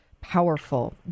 powerful